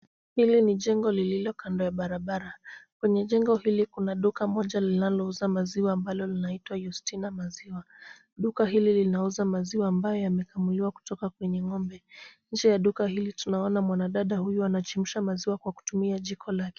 Hili ni jengo lililo kando ya barabara. Kwenye jengo hili kuna duka moja linalouza maziwa ambalo linaitwa Yustina maziwa. Duka hili linauza maziwa ambayo yamekamuliwa kutoka kwenye ng'ombe. Nje ya duka hili tunaona mwanadada huyu anachemsha maziwa kwa kutumia jiko lake.